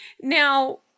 Now